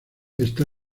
está